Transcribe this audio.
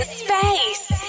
space